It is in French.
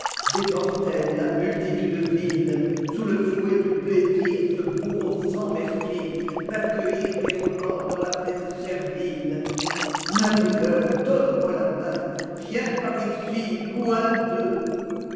des mortels la multitude vile sous le fouet du plaisir ce bourreau sans merci va cueillir des remords dans la fête servile ma douleur donne-moi la main viens par ici loin d'eux